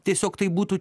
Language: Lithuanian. tiesiog tai būtų